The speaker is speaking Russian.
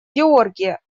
георгия